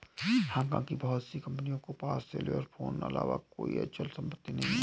Hong Kong की बहुत सी कंपनियों के पास सेल्युलर फोन अलावा कोई अचल संपत्ति नहीं है